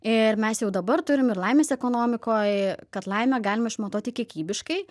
ir mes jau dabar turim ir laimės ekonomikoj kad laimę galima išmatuoti kiekybiškai